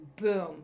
boom